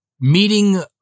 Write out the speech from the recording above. meeting